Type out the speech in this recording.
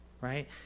right